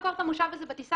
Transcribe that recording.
אני לא אחזור על הרשימה.